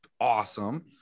awesome